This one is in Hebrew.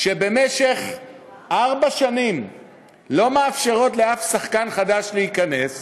שבמשך ארבע שנים לא מאפשרות לאף שחקן חדש להיכנס,